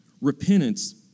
Repentance